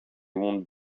won’t